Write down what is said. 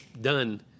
done